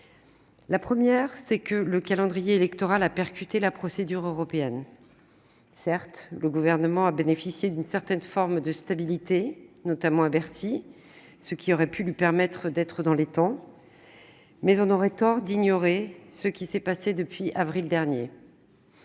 La première, c'est que le calendrier électoral a percuté la procédure européenne. Certes, le Gouvernement a bénéficié d'une certaine forme de stabilité, notamment à Bercy, ce qui aurait pu lui permettre d'être dans les temps, mais on aurait tort d'ignorer ce qui s'est passé depuis le mois d'avril dernier.